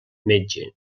metge